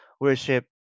worship